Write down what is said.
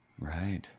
Right